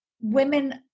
Women